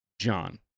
John